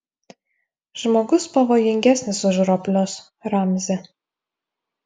žmogus pavojingesnis už roplius ramzi